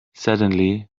suddenly